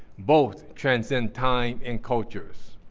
both transcend time and cultures.